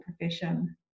profession